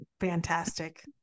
fantastic